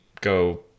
go